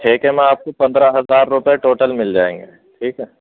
ٹھیکے میں آپ کو پندرہ ہزار روپے ٹوٹل مل جائیں گے ٹھیک ہے